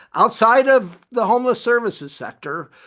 outside of the homeless services sector,